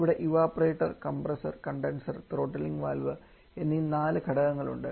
ഇവിടെ evaporator compressor condenser throttling valve എന്നീ നാല് ഘടകങ്ങളുണ്ട്